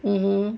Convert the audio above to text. mmhmm